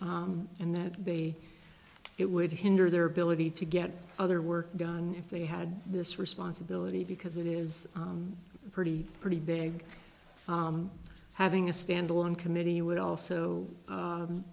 and that it would hinder their ability to get other work done if they had this responsibility because it is pretty pretty big having a standalone committee would also